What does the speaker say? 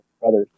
brothers